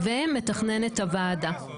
ומתכננת הוועדה.